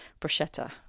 bruschetta